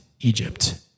Egypt